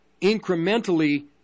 incrementally